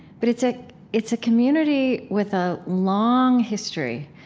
but it's ah it's a community with a long history,